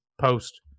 post